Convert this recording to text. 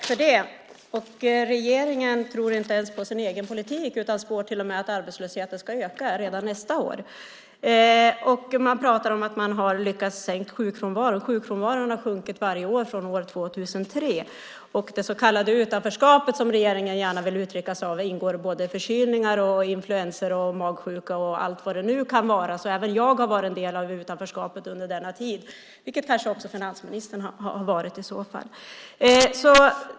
Fru talman! Regeringen tror inte ens på sin egen politik utan spår till och med att arbetslösheten ska öka redan nästa år. Man pratar om att man har lyckats sänka sjukfrånvaron. Sjukfrånvaron har sjunkit varje år från år 2003. I det så kallade utanförskapet som regeringen gärna vill använda som uttryck ingår både förkylningar, influensor, magsjuka och allt vad det nu kan vara. Även jag har alltså varit en del av utanförskapet under denna tid, vilket kanske också finansministern har varit i så fall.